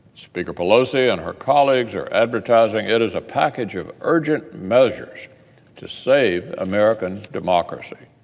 speaker pelosi and her colleagues are advertising it as a package of urgent measures to save american democracy.